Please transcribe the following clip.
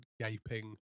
gaping